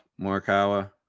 Morikawa